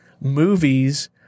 movies